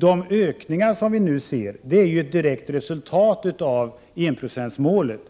De ökningar som vi nu ser är ju ett direkt resultat av enprocentsmålet.